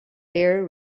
their